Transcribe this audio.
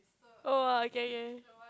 !wah! okay okay